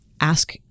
Ask